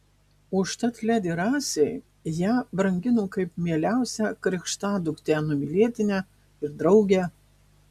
užtat ledi rasei ją brangino kaip mieliausią krikštaduktę numylėtinę ir draugę